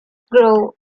grove